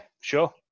sure